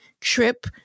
trip